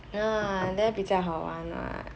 don't know lah there 比较好玩 what